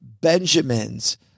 benjamins